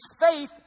faith